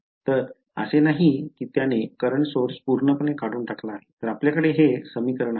तर असे नाही की त्याने current source पूर्णपणे काढून टाकला आहे तर आपल्याकडे हे समीकरण आहे